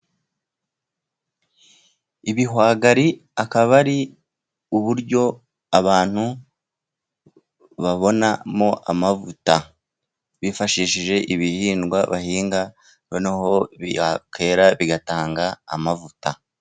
Ibihwagari akaba ari uburyo abantu babonamo amavuta bifashishije ibihingwa bahinga, noneho bikera bigatanga amavuta.